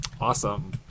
Awesome